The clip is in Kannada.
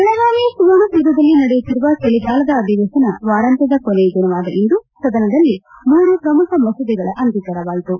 ಬೆಳಗಾವಿಯ ಸುವರ್ಣಸೌಧದಲ್ಲಿ ನಡೆಯುತ್ತಿರುವ ಚಳಿಗಾಲದ ಅಧಿವೇಶನ ವಾರಾಂತ್ವದ ಕೊನೆಯ ದಿನವಾದ ಇಂದು ಸದನದಲ್ಲಿ ಮೂರು ಪ್ರಮುಖ ಮಸೂದೆಗಳ ಅಂಗೀಕಾರವಾಯಿತು